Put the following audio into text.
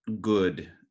good